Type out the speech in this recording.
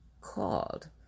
called